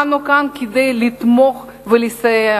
אנו כאן כדי לתמוך ולסייע,